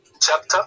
chapter